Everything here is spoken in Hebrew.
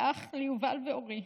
ואח ליובל ואורי.